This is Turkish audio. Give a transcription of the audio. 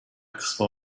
kısmı